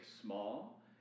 small